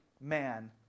man